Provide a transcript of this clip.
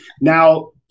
Now-